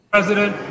President